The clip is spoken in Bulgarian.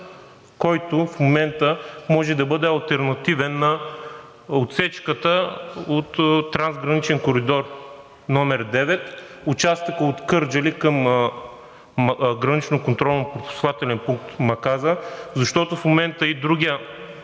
който в момента може да бъде алтернативен на отсечката от трансграничен коридор № 9 – участъка от Кърджали към граничния контролно-пропускателен пункт Маказа, защото в момента другият